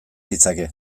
ditzake